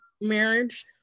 marriage